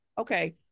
okay